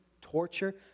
torture